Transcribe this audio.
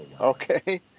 Okay